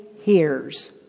hears